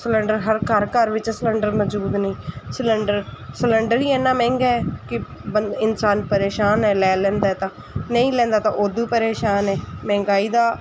cylinder ਹਰ ਘਰ ਘਰ ਵਿੱਚ ਸਿਲੰਡਰ ਮੌਜੂਦ ਨੇ ਸਿਲਿੰਡਰ ਸਲਿੰਡਰ ਹੀ ਇੰਨਾਂ ਮਹਿੰਗਾ ਕਿ ਬੰ ਇਨਸਾਨ ਪਰੇਸ਼ਾਨ ਹੈ ਲੈ ਲੈਂਦਾ ਤਾਂ ਨਹੀਂ ਲੈਂਦਾ ਤਾਂ ਉਦੋਂ ਪਰੇਸ਼ਾਨ ਹੈ ਮਹਿੰਗਾਈ ਦਾ